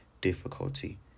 difficulty